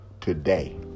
today